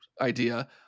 idea